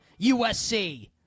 USC